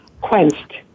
quenched